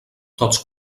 tots